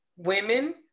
women